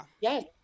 Yes